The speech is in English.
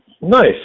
Nice